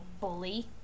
bully